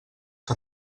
que